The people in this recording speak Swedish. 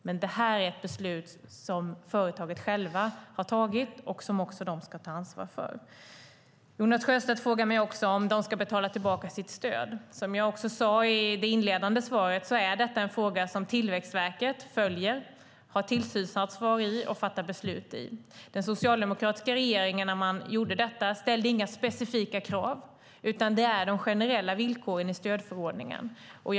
Men det här är ett beslut som företaget självt har fattat och som också det ska ta ansvar för. Jonas Sjöstedt frågar mig om stödet ska betalas tillbaka. Som jag sade i mitt inledande svar är detta en fråga som Tillväxtverket följer, har tillsynsansvar för och fattar beslut om. Vid genomförandet ställde den socialdemokratiska regeringen inga specifika krav. Det är de generella villkoren i stödförordningen som gäller.